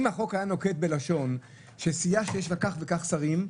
אם החוק היה נוקט בלשון שסיעה שיש לה כך וכך שרים,